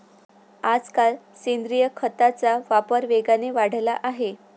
आजकाल सेंद्रिय खताचा वापर वेगाने वाढला आहे